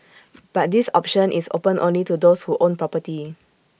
but this option is open only to those who own property